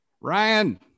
Ryan